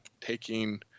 taking